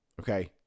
okay